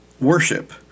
Worship